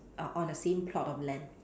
uh on a same plot of land